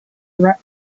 wrapped